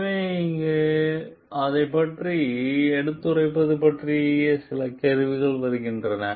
எனவே இங்கே விசில் ஊதுவது பற்றிய கேள்வி வருகிறது